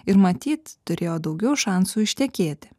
ir matyt turėjo daugiau šansų ištekėti